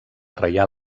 reial